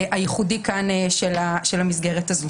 הייחודי של המסגרת הזו.